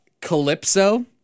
Calypso